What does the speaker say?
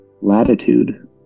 latitude